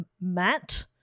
Matt